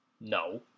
No